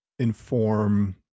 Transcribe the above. Inform